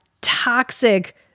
toxic